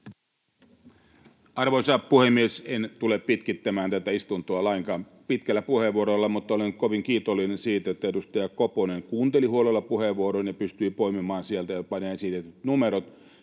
Arvoisa puhemies! En tule pitkittämään tätä istuntoa lainkaan pitkällä puheenvuorolla mutta olen kovin kiitollinen siitä, että edustaja Koponen kuunteli huolella puheenvuoron ja pystyi poimimaan sieltä jopa nämä esitetyt numerot.